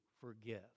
forgive